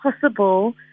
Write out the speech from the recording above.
possible